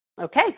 Okay